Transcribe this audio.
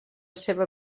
seva